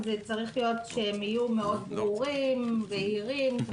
הם צריכים להיות מאוד ברורים ובהירים,